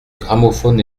gramophone